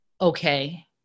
okay